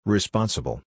Responsible